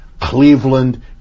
Cleveland